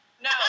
No